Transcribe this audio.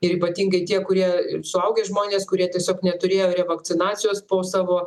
ir ypatingai tie kurie suaugę žmonės kurie tiesiog neturėjo revakcinacijos po savo